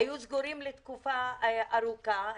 היו סגורים לתקופה ארוכה,